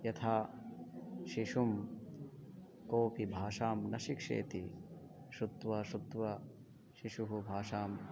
यथा शिशुं कोपि भाषां न शिक्षयति श्रुत्वा श्रुत्वा शिशुः भाषां